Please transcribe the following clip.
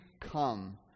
come